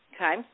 okay